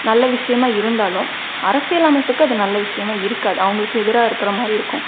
நல்ல விஷயமா இருந்தாலும் அரசியல் அமைப்புக்கு அது நல்ல விஷயமா இருக்காது அவங்களுக்கு எதிராக இருக்கிற மாதிரி இருக்கும்